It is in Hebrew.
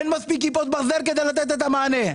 אין מספיק כיפות ברזל כדי לתת מענה.